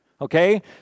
okay